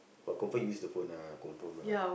but confirm use the phone lah confirm lah